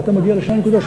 ואתה מגיע ל-2.8.